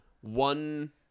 one